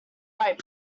right